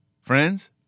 friends